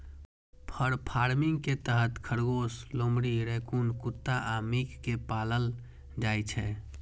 फर farming के तहत खरगोश, लोमड़ी, रैकून कुत्ता आ मिंक कें पालल जाइ छै